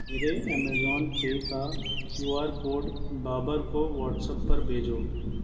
میرے Amazon Pay کا Q R code Babar کو واٹس اپ پر بھیجو